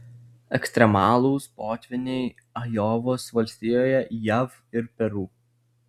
ekstremalūs potvyniai ajovos valstijoje jav ir peru